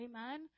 amen